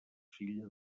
filla